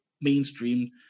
mainstream